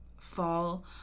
fall